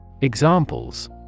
Examples